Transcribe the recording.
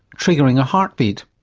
triggering a heartbeat.